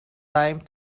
time